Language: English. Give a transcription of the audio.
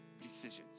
decisions